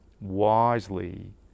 wisely